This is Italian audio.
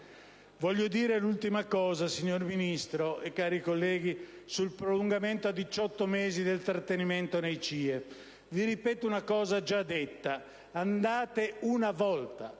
voglio dire l'ultima cosa, signor Ministro e cari colleghi, sul prolungamento a 18 mesi del trattenimento nei CIE. Vi ripeto una cosa già detta: andate una volta